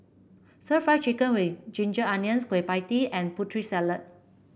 stir Fry Chicken with Ginger Onions Kueh Pie Tee and Putri Salad